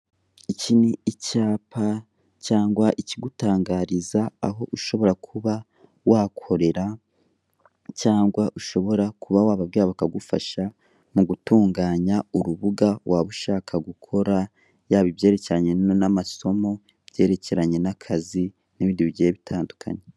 Iki ni icyapa cyangwa ikigutangariza aho ushobora kuba wakorera cyangwa ushobora kuba wababyeyi bakagufasha mu gutunganya urubuga waba ushaka gukora, yaba ibyerekeranye n'amasomo, ibyerekeranye n'akazi n'ibindi bigiye bitandukanye.